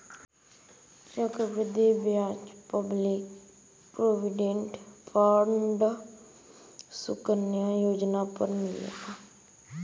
चक्र वृद्धि ब्याज पब्लिक प्रोविडेंट फण्ड सुकन्या योजना पर मिलेला